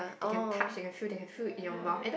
they can touch they can feel that have food in you mouth and